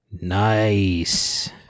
Nice